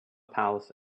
palace